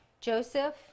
Joseph